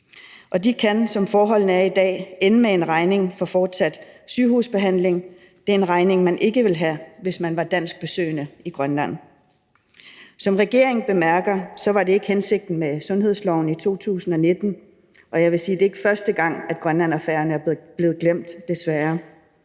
De kan, som forholdene er i dag, ende med en regning for fortsat sygehusbehandling. Det er en regning, man ikke ville få, hvis man var dansk besøgende i Grønland. Som regeringen bemærker, var det ikke hensigten med sundhedsloven i 2019. Jeg vil sige, at det ikke er første gang, Grønland og Færøerne er blevet glemt, desværre.